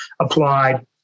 applied